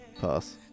Pass